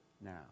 now